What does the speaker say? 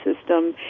system